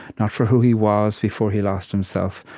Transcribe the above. not for who he was before he lost himself,